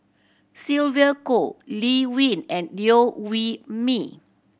Sylvia Kho Lee Wen and Liew Wee Mee